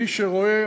מי שרואה,